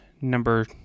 number